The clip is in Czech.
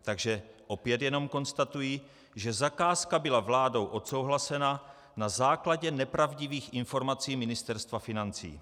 Takže opět jenom konstatuji, že zakázka byla vládou odsouhlasena na základě nepravdivých informací Ministerstva financí.